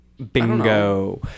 Bingo